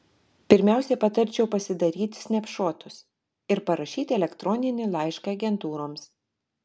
pirmiausia patarčiau pasidaryt snepšotus ir parašyt elektroninį laišką agentūroms